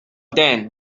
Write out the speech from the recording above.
then